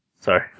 Sorry